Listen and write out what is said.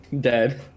dead